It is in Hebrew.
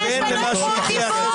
הוא מבטיח שתינתן חוות דעת,